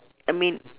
I mean